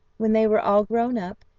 when they were all grown up,